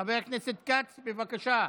חבר הכנסת כץ, בבקשה.